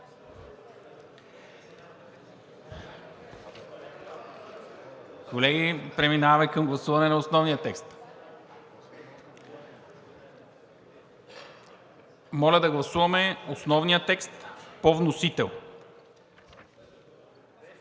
Колеги, преминаваме към гласуване на основния текст. Моля да гласуваме основния текст по вносител.